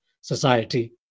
society